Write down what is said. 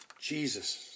Jesus